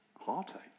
heartache